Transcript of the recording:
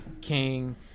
King